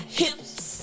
hips